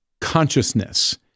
consciousness